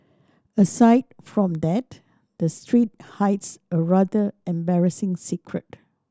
aside from that the street hides a rather embarrassing secret